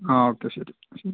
ആ ഓക്കെ ശരി ശരി